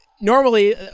normally